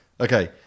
Okay